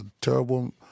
terrible